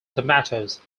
tomatoes